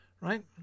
right